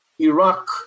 Iraq